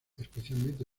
especialmente